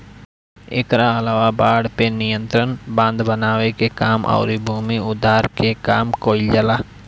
एकरा अलावा बाढ़ पे नियंत्रण, बांध बनावे के काम अउरी भूमि उद्धार के काम कईल जाला